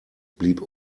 blieb